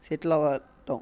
settle అవ్వ అవుతాం